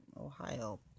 ohio